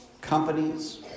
companies